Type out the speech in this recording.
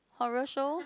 horror show